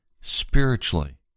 spiritually